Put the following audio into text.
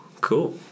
cool